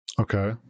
Okay